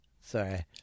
Sorry